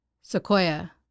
Sequoia